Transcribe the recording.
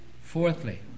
Fourthly